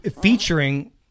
featuring